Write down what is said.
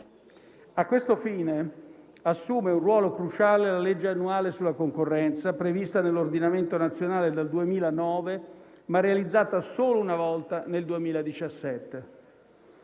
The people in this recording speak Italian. A questo fine assume un ruolo cruciale la legge annuale sulla concorrenza, prevista nell'ordinamento nazionale dal 2009, ma realizzata solo una volta, nel 2017.